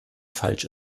falsch